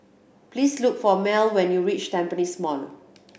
please look for Mell when you reach Tampines Mall